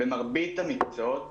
במרבית המקצועות